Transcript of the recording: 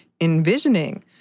envisioning